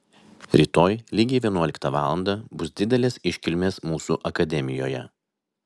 rytoj lygiai vienuoliktą valandą bus didelės iškilmės mūsų akademijoje